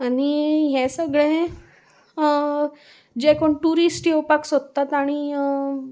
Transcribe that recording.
आनी हें सगळें जे कोण ट्युरिस्ट येवपाक सोदतात तांणी